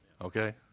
Okay